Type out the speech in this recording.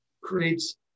creates